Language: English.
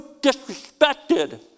disrespected